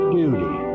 duty